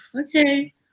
okay